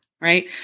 right